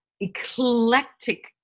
eclectic